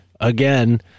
again